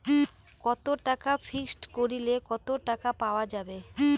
কত টাকা ফিক্সড করিলে কত টাকা পাওয়া যাবে?